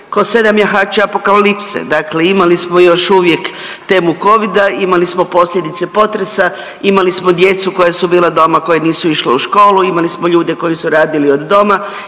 ko 7 jahača apokalipse. Dakle, imali smo još uvijek temu Covida, imali posljedice potresa, imali smo djecu koja su bila doma koja nisu išla u školu, imali smo ljude koji su radili od doma